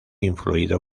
influido